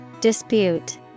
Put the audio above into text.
Dispute